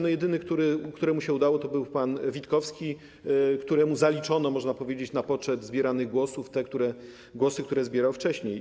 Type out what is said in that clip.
No jedyny, któremu się udało, to był pan Witkowski, któremu zaliczono, można powiedzieć, na poczet zbieranych głosów te głosy, które zbierał wcześniej.